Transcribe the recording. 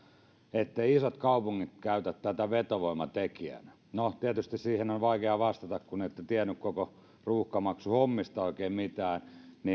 etteivät isot kaupungit käytä tätä vetovoimatekijänä no tietysti siihen on vaikea vastata kun ette tienneet koko ruuhkamaksuhommista oikein mitään